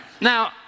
Now